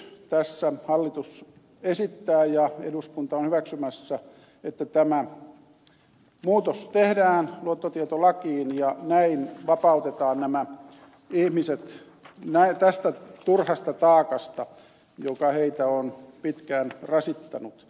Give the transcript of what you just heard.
nyt tässä hallitus esittää ja eduskunta on hyväksymässä että tämä muutos tehdään luottotietolakiin ja näin vapautetaan nämä ihmiset tästä turhasta taakasta joka heitä on pitkään rasittanut